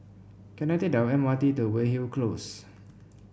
can I take the M R T to Weyhill Close